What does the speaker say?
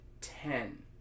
ten